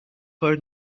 heard